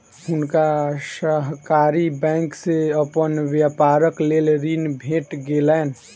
हुनका सहकारी बैंक से अपन व्यापारक लेल ऋण भेट गेलैन